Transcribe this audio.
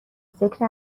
ذکر